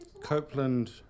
Copeland